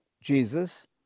Jesus